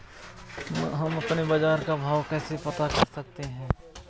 हम अपने बाजार का भाव कैसे पता कर सकते है?